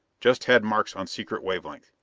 just had markes on secret wave-length.